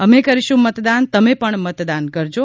અમે કરીશું મતદાન તમે પણ મતદાન કરશો